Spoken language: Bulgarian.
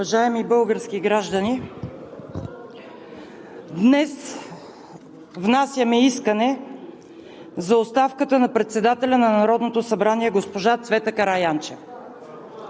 Уважаеми български граждани, днес внасяме искане за оставката на председателя на Народното събрание госпожа Цвета Караянчева.